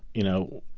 you know,